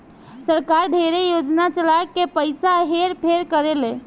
सरकार ढेरे योजना चला के पइसा हेर फेर करेले